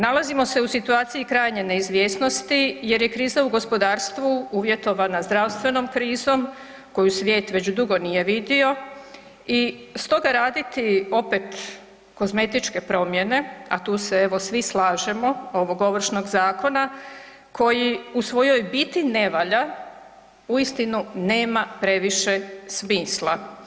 Nalazimo se u situaciji krajnje neizvjesnosti jer je kriza u gospodarstvu uvjetovana zdravstvenom krizom koju svijet već dugo nije vidio i stoga raditi opet kozmetičke promjene a tu se evo svi slažemo ovog Ovršnog zakona, koji u svojoj biti ne valja, uistinu nema previše smisla.